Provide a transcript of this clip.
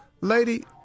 lady